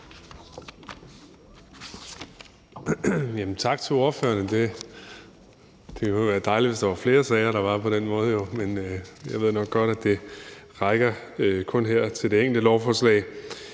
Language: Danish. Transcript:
Tak til ordførerne. Det kunne være dejligt, hvis der var flere sager, der var på den måde, men jeg ved nok godt, at det kun rækker til det enkelte lovforslag